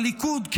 הליכוד,